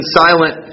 silent